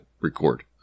record